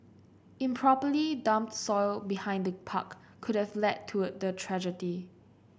improperly dumped soil behind the park could have led to the tragedy